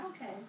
okay